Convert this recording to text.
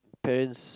parents